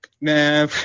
Nah